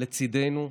לצידנו,